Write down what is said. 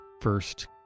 first